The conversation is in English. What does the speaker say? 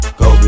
go